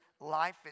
life